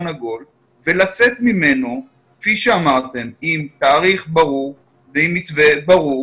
עגול ולצאת ממנו כפי שאמרתם עם תאריך ברור ועם מתווה ברור